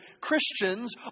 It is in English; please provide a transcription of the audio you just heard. Christians